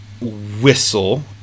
whistle